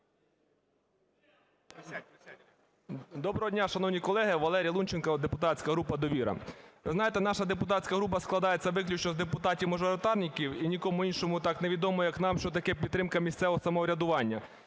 Доброго дня, шановні колеги! Валерій Лунченко, депутатська група "Довіра". Ви знаєте, наша депутатська група складається виключно з депутатів-мажоритарників, і нікому іншому так невідомо, як нам, що таке підтримка місцевого самоврядування.